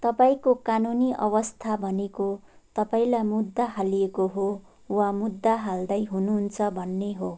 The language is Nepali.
तपाईँँको कानुनी अवस्था भनेको तपाईँँलाई मुद्दा हालिएको हो वा मुद्दा हाल्दै हुनुहुन्छ भन्ने हो